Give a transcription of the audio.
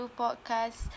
podcast